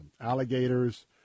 alligators